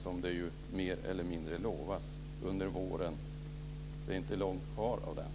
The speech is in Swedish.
Det har det ju mer eller mindre lovats under våren. Det är inte mycket kvar av våren.